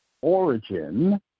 origin